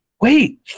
wait